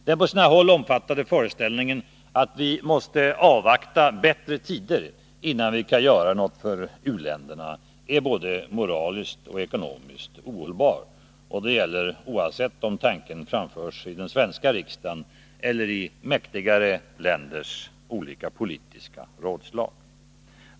Den på sina håll omfattande föreställningen att vi måste avvakta bättre tider innan vi kan göra något för u-länderna är både moraliskt och ekonomiskt ohållbar. Det gäller oavsett om tanken framförs i den svenska riksdagen eller i mäktigare länders politiska rådslag.